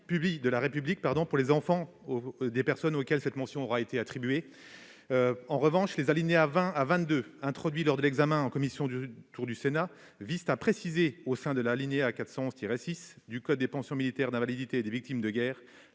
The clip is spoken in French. de la République pour les enfants des personnes auxquelles cette mention aura été attribuée. Les alinéas 20 à 22, introduits lors de l'examen en commission au Sénat, visent à préciser, au sein de l'article L. 411-6 du code des pensions militaires d'invalidité et des victimes de guerre,